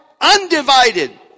undivided